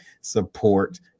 support